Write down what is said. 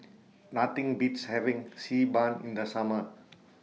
Nothing Beats having Xi Ban in The Summer